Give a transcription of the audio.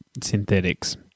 synthetics